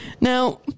Now